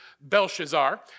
Belshazzar